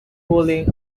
cooling